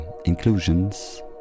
Inclusions